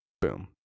boom